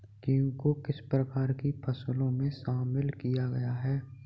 गेहूँ को किस प्रकार की फसलों में शामिल किया गया है?